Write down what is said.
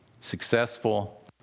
successful